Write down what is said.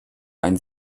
ein